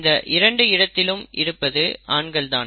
இந்த இரண்டு இடத்தில் இருப்பதும் ஆண்கள் தான்